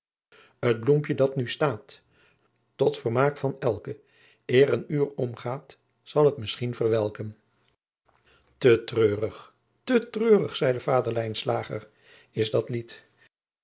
t bloempje dat nu staat toe vermaak van elken eer een uur omgaat zal t misschien verwelken te treurig te treurig zeide vader lijnslager is dat lied